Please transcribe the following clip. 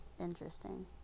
interesting